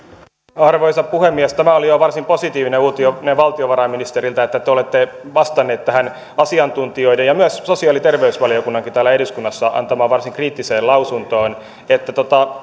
arvoisa puhemies tämä oli jo varsin positiivinen uutinen valtiovarainministeriltä että te olette vastannut tähän asiantuntijoiden ja myös sosiaali ja terveysvaliokunnan täällä eduskunnassa antamaan varsin kriittiseen lausuntoon että